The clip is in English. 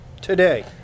today